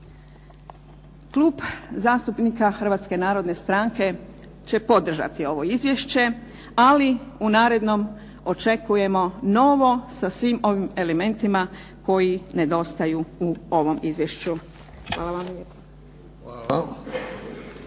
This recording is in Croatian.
Klub zastupnika Hrvatske narodne stranke će podržati ovo Izvješće ali u narednom očekujemo novo sa svim ovim elementima koji nedostaju u ovom Izvješću. Hvala vam